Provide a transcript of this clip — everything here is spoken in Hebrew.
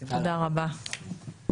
תודה רבה.